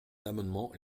amendement